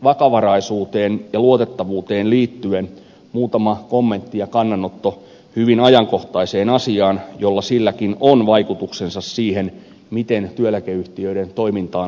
vakavaraisuuteen ja luotettavuuteen liittyen muutama kommentti ja kannanotto hyvin ajankohtaiseen asiaan jolla silläkin on vaikutuksensa siihen miten työeläkeyhtiöiden toimintaan luotetaan